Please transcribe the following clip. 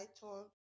title